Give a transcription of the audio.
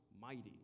mighty